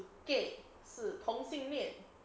gay 是同性恋